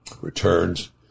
returns